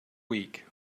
week